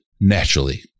naturally